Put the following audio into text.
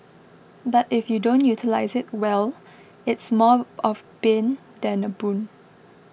but if you don't utilise it well it's more of bane than a boon